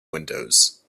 windows